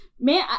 man